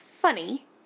funny